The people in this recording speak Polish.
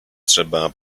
trzeba